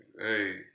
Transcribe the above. Hey